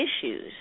issues